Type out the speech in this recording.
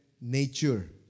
nature